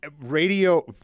radio